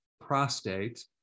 prostate